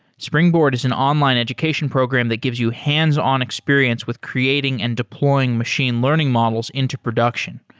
springboard is an online education program that gives you hands-on experience with creating and deploying machine learning models into production,